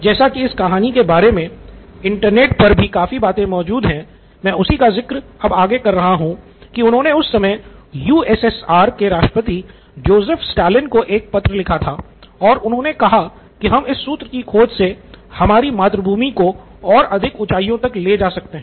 जैसा की इस कहानी के बारे मे इंटरनेट पर भी काफी बातें मौजूद है मैं उसी का ज़िक्र अब आगे कर रहा हूँ कि उन्होंने उस समय यूएसएसआर के राष्ट्रपति जोसेफ स्टालिन को एक पत्र लिखा था और उन्होंने कहा कि हम इस सूत्र की खोज से हमारी मातृभूमि को और अधिक ऊँचाइयों तक ले जा सकते हैं